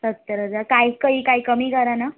सत्तर हजार काही काही काही कमी करा ना